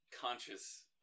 conscious